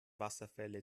wasserfälle